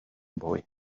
boy